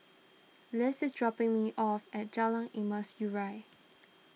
Liz is dropping me off at Jalan Emas Urai